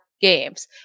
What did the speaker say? games